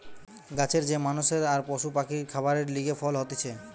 গাছের যে মানষের আর পশু পাখির খাবারের লিগে ফল হতিছে